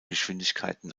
geschwindigkeiten